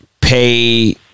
pay